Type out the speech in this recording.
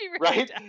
Right